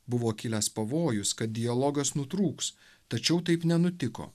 buvo kilęs pavojus kad dialogas nutrūks tačiau taip nenutiko